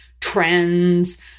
trends